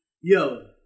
Yo